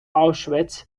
auschwitz